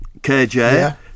KJ